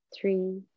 three